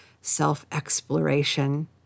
self-exploration